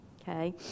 okay